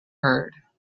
heard